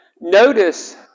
Notice